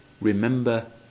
Remember